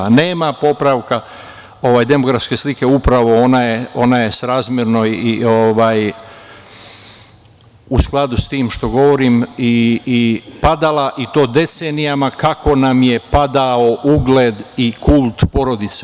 Nema popravka demografske slike, upravo ona je srazmerno i u skladu s tim što govorim i padala i to decenijama, kako nam je padao ugled i kult porodice.